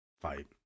fight